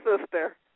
sister